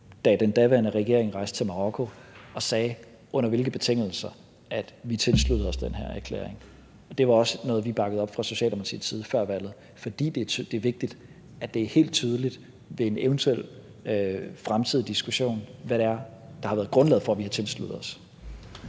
da den daværende regering rejste til Marokko og sagde, under hvilke betingelser vi tilsluttede os den her erklæring. Det var også noget, som vi bakkede op fra Socialdemokratiets side før valget, fordi det er vigtigt, at det ved en eventuel fremtidig diskussion er helt tydeligt, hvad det er, der har været grundlaget for, at vi har tilsluttet os.